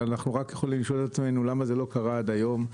אנחנו רק יכולים לשאול עצמנו למה זה לא קרה עד היום.